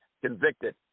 Convicted